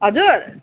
हजुर